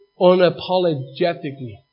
unapologetically